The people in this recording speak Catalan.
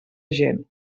gent